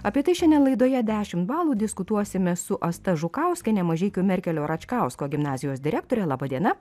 apie tai šiandien laidoje dešimt balų diskutuosime su asta žukauskiene mažeikių merkelio račkausko gimnazijos direktore laba diena